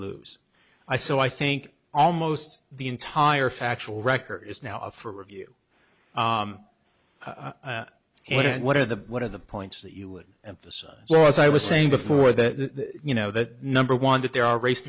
lose i so i think almost the entire factual record is now up for review what are the what are the points that you would emphasize well as i was saying before that you know that number one that there are race